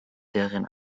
deren